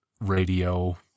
radio